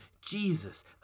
Jesus